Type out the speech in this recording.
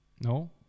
No